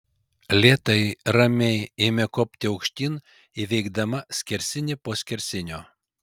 lėtai ramiai ėmė kopti aukštyn įveikdama skersinį po skersinio